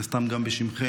מן הסתם גם בשמכם,